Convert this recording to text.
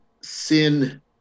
sin